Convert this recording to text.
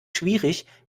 schwierig